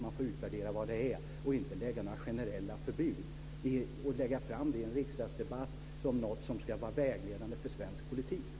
Man får utvärdera vad det är fråga om och inte lägga fram några generella förbud i en riksdagsdebatt och säga att de ska vara vägledande för svensk politik.